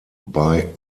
bei